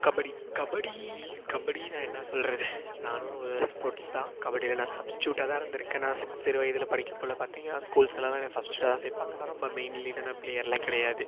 கபடி கபடி கபடி நான் என்ன சொல்லுறது நானும் ஒரு ஸ்போர்ட்ஸ் தான் கபடியில நான் சப்ஸ்டியூட்டாக தான் இருந்துருக்கேன் நான் சி சிறுவயதில் படிக்கக்குள்ளே பார்த்தீங்கனா ஸ்கூல்ஸில்லாம் நாங்கள் சப்ஸ்டியூட்டாக தான் சேர்ப்பாங்க நான் ரொம்ப மெயின் லீடான ப்ளேயர் எல்லாம் கிடையாது